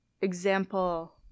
example